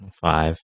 Five